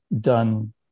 done